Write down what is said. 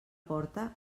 porta